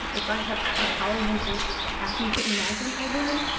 if i have the power you just asked me to imagine i would,